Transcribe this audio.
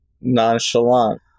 nonchalant